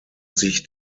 sich